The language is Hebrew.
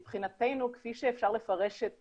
מבחינתנו, כפי שאפשר לפרש את